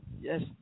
Yes